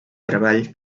treball